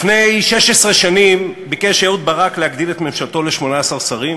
לפני 16 שנים ביקש אהוד ברק להגדיל את ממשלתו מ-18 שרים.